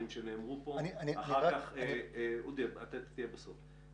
--- אני חייב --- אודי, אתה תדבר בסוף.